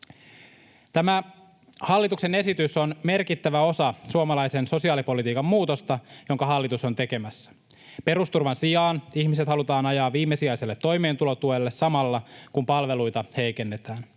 Tämä hallituksen esitys on merkittävä osa suomalaisen sosiaalipolitiikan muutosta, jonka hallitus on tekemässä. Perusturvan sijaan ihmiset halutaan ajaa viimesijaiselle toimeentulotuelle samalla, kun palveluita heikennetään.